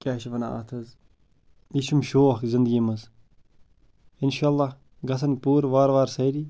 کیٛاہ چھِ وَنان اَتھ حظ یہِ چھِم شوق زنٛدگی منٛز اِنشاء اللہ گژھَن پوٗرٕ وارٕ وارٕ سٲری